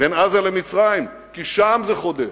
בין עזה למצרים, כי שם זה חודר.